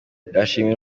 ndashimira